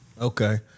okay